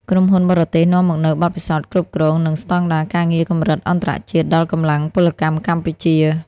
ក្រុមហ៊ុនបរទេសនាំមកនូវបទពិសោធន៍គ្រប់គ្រង និងស្ដង់ដារការងារកម្រិតអន្តរជាតិដល់កម្លាំងពលកម្មកម្ពុជា។